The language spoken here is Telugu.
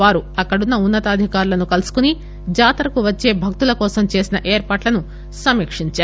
వారు అక్కడున్న ఉన్న తాధికారులను కలుసుకుని జాతరకు వచ్చ భక్తులకోసం చేసిన ఏర్పాట్లను సమీక్షించారు